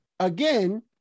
Again